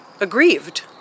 aggrieved